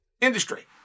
industry